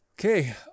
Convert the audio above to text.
Okay